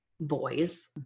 boys